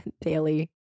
Daily